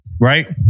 right